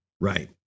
right